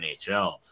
NHL